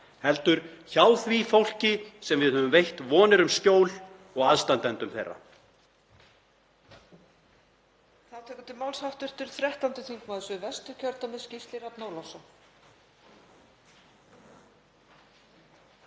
heldur hjá því fólki sem við höfum veitt vonir um skjól og aðstandendum þeirra.